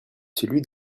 celui